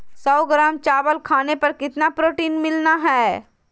सौ ग्राम चावल खाने पर कितना प्रोटीन मिलना हैय?